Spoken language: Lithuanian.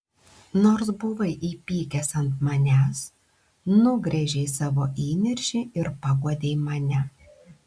nors buvai įpykęs ant manęs nugręžei savo įniršį ir paguodei mane